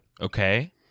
Okay